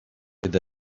with